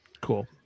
Cool